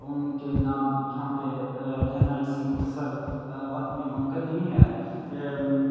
ان کے نام یہاں پہ لینا اس مختصر وقت میں ممکن نہیں ہے یہ